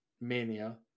Mania